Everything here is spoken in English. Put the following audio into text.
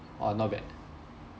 orh not bad